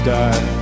die